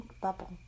bubble